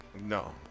No